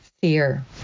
fear